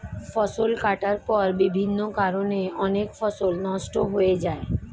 ফসল কাটার পর বিভিন্ন কারণে অনেক ফসল নষ্ট হয়ে যায়